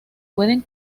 pueden